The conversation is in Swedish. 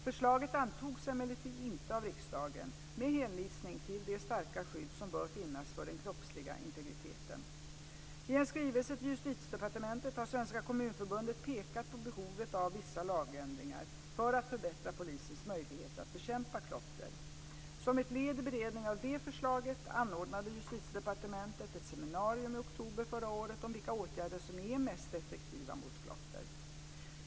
Förslaget antogs emellertid inte av riksdagen med hänvisning till det starka skydd som bör finnas för den kroppsliga integriteten. I en skrivelse till Justitiedepartementet har Svenska Kommunförbundet pekat på behovet av vissa lagändringar för att förbättra polisens möjligheter att bekämpa klotter. Som ett led i beredningen av det förslaget anordnade Justitiedepartementet ett seminarium i oktober förra året om vilka åtgärder som är mest effektiva mot klotter.